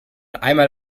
einmal